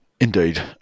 Indeed